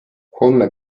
homme